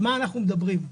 על מה אנחנו מדברים?